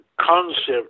concept